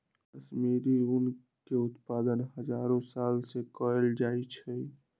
कश्मीरी ऊन के उत्पादन हजारो साल से कएल जाइ छइ